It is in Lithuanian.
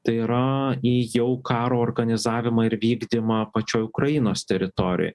tai yra į jau karo organizavimą ir vykdymą pačioj ukrainos teritorijoj